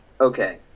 okay